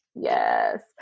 Yes